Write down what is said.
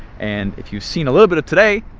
and if you've seen a little bit of today,